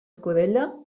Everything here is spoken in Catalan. escudella